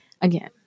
Again